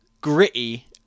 gritty